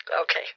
Okay